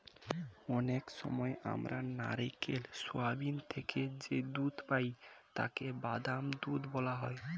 অনেক সময় আমরা নারকেল, সোয়াবিন থেকে যে দুধ পাই তাকে বাদাম দুধ বলা হয়